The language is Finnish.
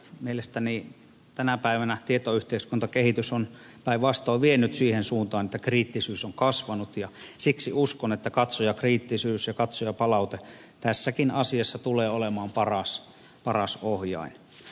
mielestäni tänä päivänä tietoyhteiskuntakehitys on päinvastoin vienyt siihen suuntaan että kriittisyys on kasvanut ja siksi uskon että katsojakriittisyys ja katsojapalaute tässäkin asiassa tulee olemaan paras ohjain